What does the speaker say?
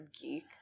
geek